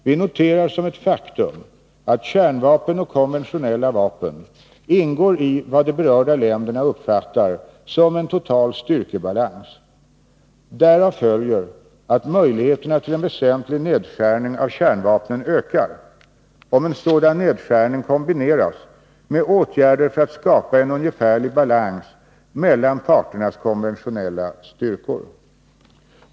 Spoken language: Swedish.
Vi noterar som ett faktum att kärnvapen och konventionella vapen ingår i vad de berörda länderna uppfattar som en total styrkebalans. Därav följer att möjligheterna till en väsentlig nedskärning av kärnvapnen ökar, om en sådan nedskärning kombineras med åtgärder för att skapa en ungefärlig balans mellan parternas konventionella styrkor.